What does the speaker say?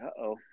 Uh-oh